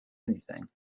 anything